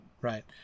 Right